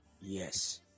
Yes